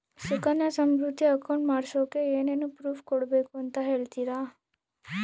Sukanya Samriddhi account ಮಾಡಿಸೋಕೆ ಏನೇನು proof ಕೊಡಬೇಕು ಅಂತ ಹೇಳ್ತೇರಾ?